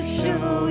show